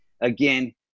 Again